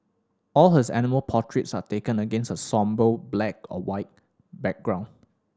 all his animal portraits are taken against a sombre black or white background